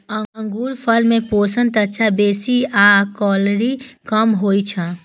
अंगूरफल मे पोषक तत्व बेसी आ कैलोरी कम होइ छै